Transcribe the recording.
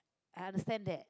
I understand that